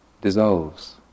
dissolves